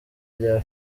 rya